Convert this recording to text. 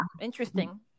interesting